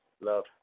love